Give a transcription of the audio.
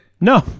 No